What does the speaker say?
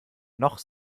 noch